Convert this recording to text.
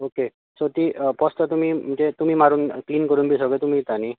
okay so ती पोस्तां तुमी म्हणजे तुमी मारून क्लिन बी सगळें करून दिता न्ही